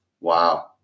Wow